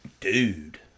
Dude